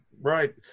right